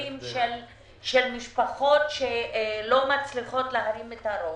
מקרים של משפחות שלא מצליחות להרים את הראש.